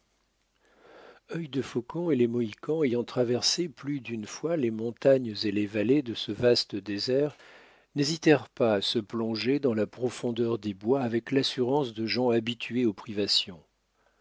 sauvage œil de faucon et les mohicans ayant traversé plus d'une fois les montagnes et les vallées de ce vaste désert n'hésitèrent pas à se plonger dans la profondeur des bois avec l'assurance de gens habitués aux privations